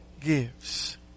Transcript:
gives